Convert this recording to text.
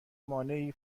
مانعی